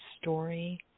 story